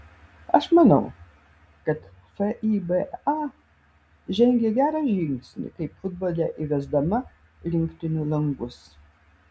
aš manau kad fiba žengė gerą žingsnį kaip futbole įvesdama rinktinių langus